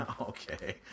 Okay